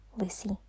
Lucy